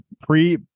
pre